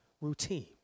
routine